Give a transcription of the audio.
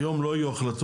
היום לא יהיו החלטות,